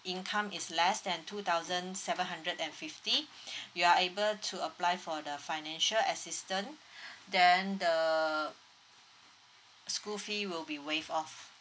income is less than two thousand seven hundred and fifty you are able to apply for the financial assistant then the school fee will be waive off